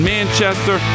Manchester